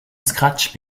scratch